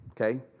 okay